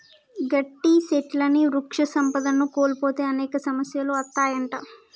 గట్టి సెట్లుని వృక్ష సంపదను కోల్పోతే అనేక సమస్యలు అత్తాయంట